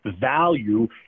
value